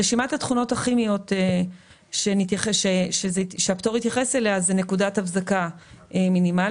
רשימת התכונות הכימיות שהפטור התייחס אליה היא: נקודת הבזקה מינימלית,